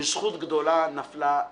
זכות גדולה נפלה בחלקך,